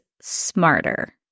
Smarter